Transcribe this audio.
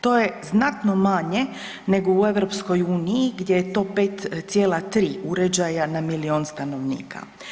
To je znatno manje nego u EU gdje je to 5,3 uređaja na milion stanovnika.